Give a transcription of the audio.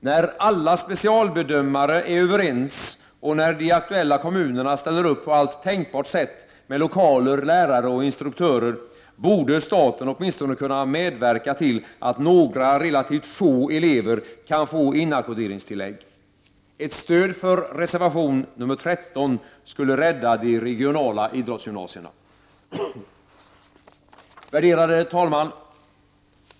När alla specialbedömare är överens, och när de aktuella kommunerna ställer upp på alla tänkbara sätt med lokaler, lärare och instruktörer, borde staten åtminstone kunna medverka till att några relativt få elever kan få inackorderingstillägg. Ett stöd för reservation nr 13 skulle rädda de regionala idrottsgymnasierna. Värderade talman!